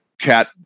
cat